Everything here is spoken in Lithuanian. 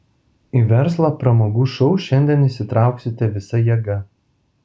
į verslą pramogų šou šiandien įsitrauksite visa jėga